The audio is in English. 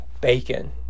bacon